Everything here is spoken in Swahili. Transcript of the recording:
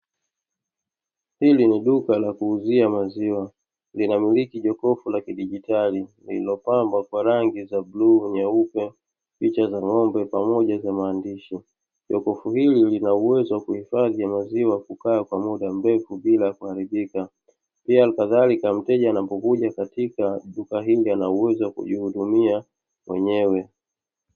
Hili ni duka la kuuzia maziwa. Linamiliki jokofu la kidigitali lililopambwa kwa rangi za bluu na nyeupe, picha za ng'ombe pamoja na maandishi. Jokofu hili lina uwezo wa kuhifadhi maziwa kukaa kwa muda mrefu bila kuharibika. Pia na kadhalika mteja anapokuja katika duka hili ana uwezo wa kujihudumia mwenyewe.